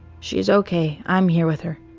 she's okay. i'm here with her.